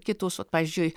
kitus vat pavyzdžiui